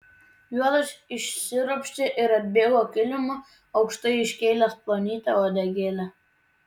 juodas išsiropštė ir atbėgo kilimu aukštai iškėlęs plonytę uodegėlę